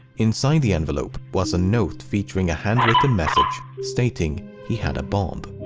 inside the envelope was a note featuring a handwritten message stating he had a bomb.